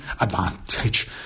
advantage